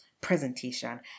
presentation